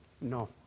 no